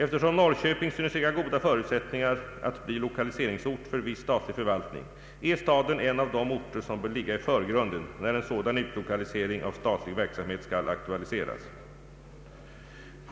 Eftersom Norrköping synes äga goda förutsättningar att bli lokaliseringsort för viss statlig förvaltning, är staden en av de orter som bör ligga i förgrunden när en sådan utlokalisering av statlig verksamhet skall aktualiseras.